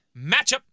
Matchup